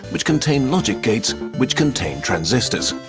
which contain logic gates, which contain transistors.